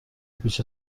پیش